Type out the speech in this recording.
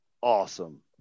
awesome